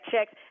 checks